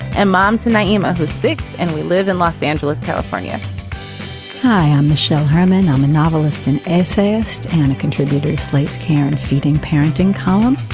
and moms and i am a big and we live in los angeles, california hi, i'm michelle herman. i'm a novelist and essayist and a contributor. slate's karen feting parenting column.